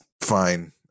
fine